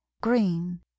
green